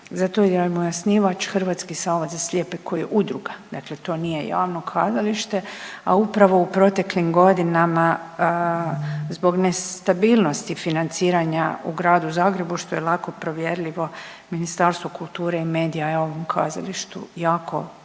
zato jel mu je osnivač Hrvatski zavod za slijepe koji je udruga, dakle to nije javno kazalište. A upravo u proteklim godinama zbog nestabilnosti financiranja u gradu Zagrebu što je lako provjerljivo, Ministarstvo kulture i medija je ovom kazalištu jako puno